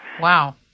Wow